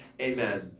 Amen